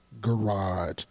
garage